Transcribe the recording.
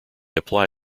apply